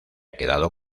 quedado